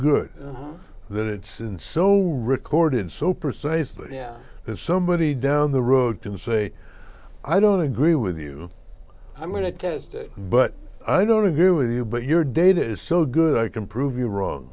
good that it's in so recorded so precisely that somebody down the road can say i don't agree with you i'm going to test it but i don't agree with you but your data is so good i can prove you wrong